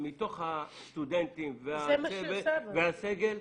מתוך הסטודנטים והסגל,